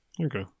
Okay